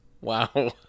Wow